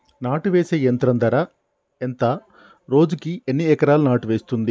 నాటు వేసే యంత్రం ధర ఎంత రోజుకి ఎన్ని ఎకరాలు నాటు వేస్తుంది?